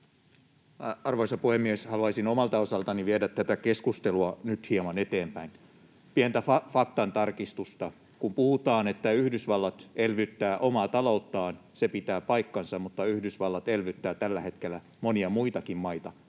Arvoisa puhemies! Haluaisin omalta osaltani viedä tätä keskustelua nyt hieman eteenpäin. Pientä faktantarkistusta: Kun puhutaan, että Yhdysvallat elvyttää omaa talouttaan, se pitää paikkansa, mutta Yhdysvallat elvyttää tällä hetkellä monia muitakin maita,